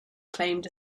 acclaimed